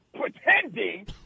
pretending